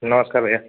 नमस्कार भैया